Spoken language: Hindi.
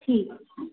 ठीक